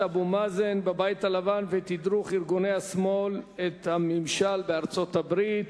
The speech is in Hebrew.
פגישת אבו מאזן בבית הלבן ותדרוך ארגוני השמאל את הממשל בארצות-הברית.